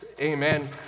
Amen